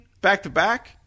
back-to-back